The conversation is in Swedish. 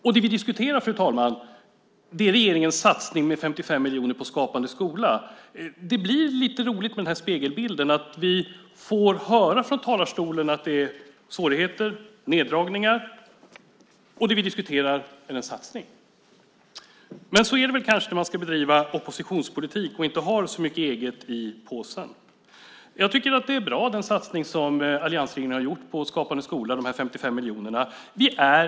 Men det vi diskuterar, fru talman, är regeringens satsning med 55 miljoner på Skapande skola. Det blir lite roligt med den här spegelbilden. Från talarstolen här får vi alltså höra att det är svårigheter och neddragningar, medan det vi diskuterar är en satsning. Men så är det kanske när man ska bedriva oppositionspolitik och inte har så mycket eget i påsen. Den satsning som alliansregeringen har gjort på Skapande skola - de 55 miljonerna - är bra, tycker jag.